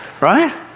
right